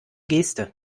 geste